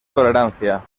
tolerancia